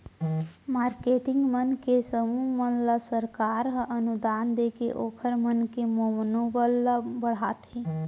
marketing मन के समूह मन ल सरकार ह अनुदान देके ओखर मन के मनोबल ल बड़हाथे